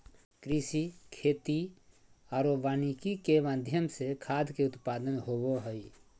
कृषि, खेती आरो वानिकी के माध्यम से खाद्य के उत्पादन होबो हइ